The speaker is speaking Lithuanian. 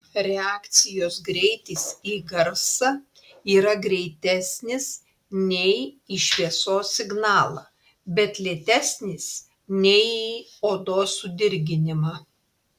reakcijos greitis į garsą yra greitesnis nei į šviesos signalą bet lėtesnis nei į odos sudirginimą